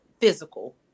physical